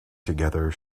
together